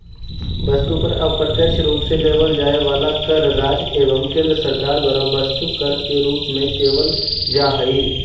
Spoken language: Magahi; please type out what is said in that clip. वस्तु पर अप्रत्यक्ष रूप से लेवल जाए वाला कर राज्य एवं केंद्र सरकार द्वारा वस्तु कर के रूप में लेवल जा हई